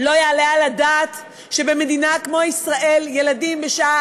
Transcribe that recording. לא יעלה על הדעת שבמדינה כמו ישראל ילדים בשעה